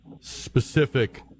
specific